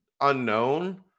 unknown